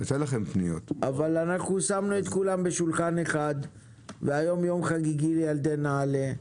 אבל שמנו את כולם בשולחן אחד והיום יום חגיגי לילדי נעל"ה,